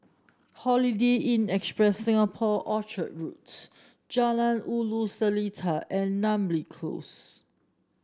Holiday Inn Express Singapore Orchard Roads Jalan Ulu Seletar and Namly Close